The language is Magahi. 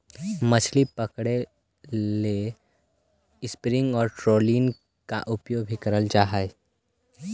मछली पकड़े ला स्पिनिंग और ट्रोलिंग का भी प्रयोग करल हई